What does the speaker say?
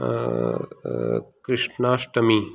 Krishnashtami